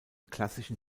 klassischen